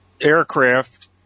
aircraft